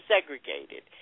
segregated